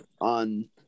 on